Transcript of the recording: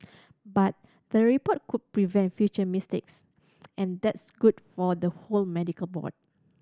but the report could prevent future mistakes and that's good for the whole medical board